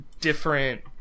different